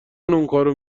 اونکارو